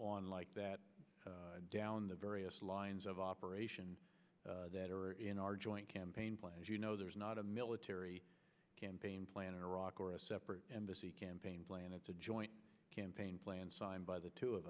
on like that down the various lines of operations that are in our joint campaign plan as you know there is not a military campaign plan in iraq or a separate embassy campaign plan it's a joint campaign plan signed by the two of